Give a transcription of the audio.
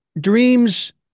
dreams